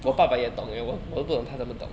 !wah!